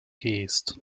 geest